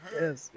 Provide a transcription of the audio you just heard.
yes